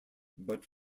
but